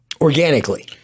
organically